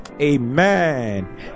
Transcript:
Amen